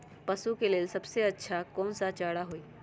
पशु के लेल सबसे अच्छा कौन सा चारा होई?